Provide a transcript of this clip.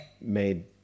made